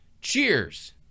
Cheers